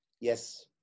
Yes